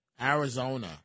Arizona